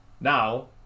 now